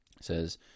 says